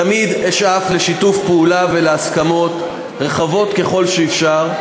תמיד אשאף לשיתוף פעולה ולהסכמות רחבות ככל שאפשר.